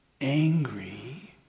angry